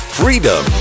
freedom